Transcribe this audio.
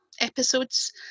episodes